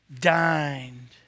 dined